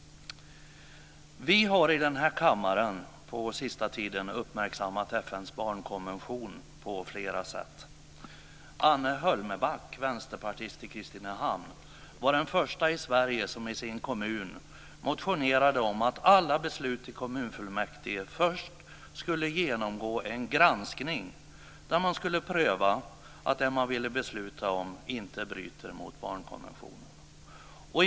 Vi har den senaste tiden här i kammaren uppmärksammat FN:s barnkonvention på flera sätt. Anne Hölmebakk, vänsterpartist i Kristinehamn, var den första i Sverige som i sin kommun motionerade om att alla beslut i kommunfullmäktige först skulle genomgå en granskning där man skulle pröva att det man ville besluta om inte bryter mot barnkonventionen.